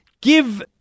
give